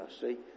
see